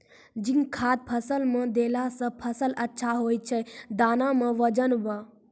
zinc खाद फ़सल मे देला से फ़सल अच्छा होय छै दाना मे वजन ब